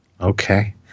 Okay